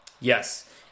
Yes